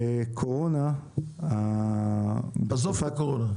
בקורונה -- עזוב את הקורונה.